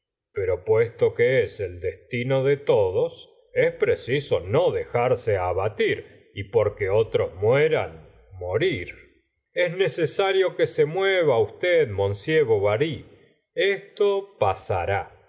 pero puesto que es el destino de todos es preciso no dejarse abatir y porque otros mueran morir es necesario que se mueva usted m bovary esto pasará